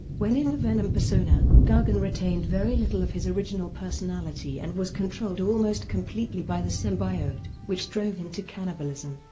when in the venom persona, gargan retained very little of his original personality and was controlled almost completely by the symbiote, which drove him to cannibalism.